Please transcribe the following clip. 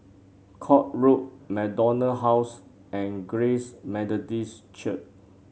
Court Road MacDonald House and Grace Methodist Church